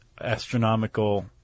astronomical